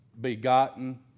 begotten